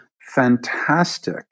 fantastic